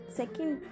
second